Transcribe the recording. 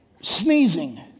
sneezing